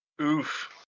Oof